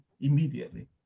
immediately